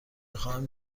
خواهم